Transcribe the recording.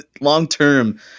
long-term